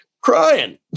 crying